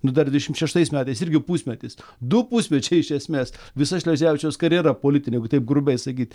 nu dar dvidešimt šeštais metais irgi pusmetis du pusmečiai iš esmės visa šleževičiaus karjera politinė jeigu taip grubiai sakyti